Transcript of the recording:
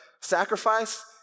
sacrifice